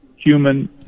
human